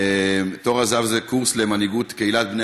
תור הזהב זה קורס למנהיגות קהילת בני